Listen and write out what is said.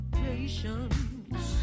patience